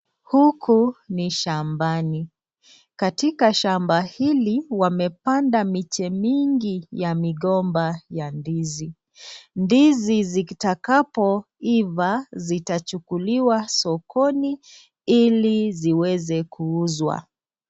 Huku ni shambani. Katika shamba hili wamepanda miche mingi ya migomba ya ndizi. Ndizi zikapoiva zitachukuliwa sokoni ili ziweze kuuzwa.